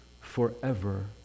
forever